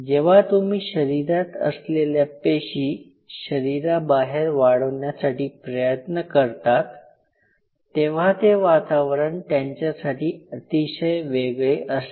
जेव्हा तुम्ही शरीरात असलेल्या पेशी शरीराबाहेर वाढवण्यासाठी प्रयत्न करतात तेव्हा ते वातावरण त्यांच्यासाठी अतिशय वेगळे असते